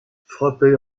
frappés